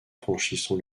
franchissant